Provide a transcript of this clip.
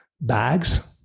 bags